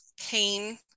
pain